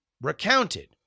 recounted